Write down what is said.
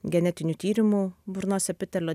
genetinių tyrimų burnos epitelio